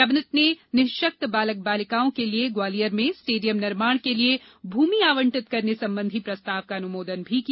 cabinet ने निःशक्त बालक बालिकाओं के लिए ग्वालियर में स्टेडियम निर्माण के लिये भूमि आवंटित करने संबंधी प्रस्ताव का अनुमोदन किया